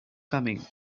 coming